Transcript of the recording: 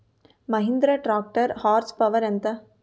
Mahindra tractor horse power ఎంత?